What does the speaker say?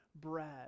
bread